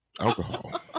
Alcohol